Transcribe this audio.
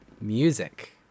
music